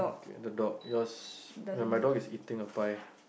the dog yours ya my dog is eating a toy